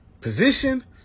position